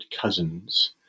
Cousins